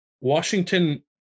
Washington